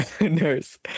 nurse